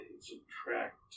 subtract